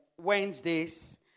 Wednesdays